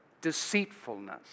deceitfulness